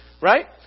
right